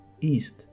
East